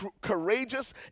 courageous